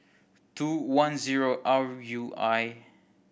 two one zero R U I